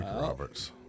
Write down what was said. Roberts